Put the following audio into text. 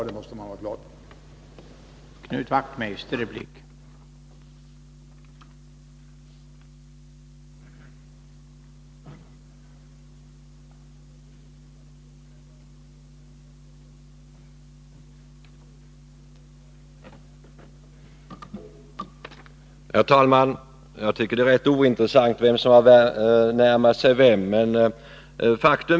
Det måste man också ha klart för sig.